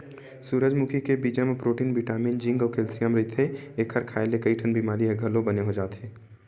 सूरजमुखी के बीजा म प्रोटीन बिटामिन जिंक अउ केल्सियम रहिथे, एखर खांए ले कइठन बिमारी ह घलो बने हो जाथे